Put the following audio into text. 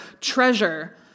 treasure